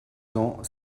ans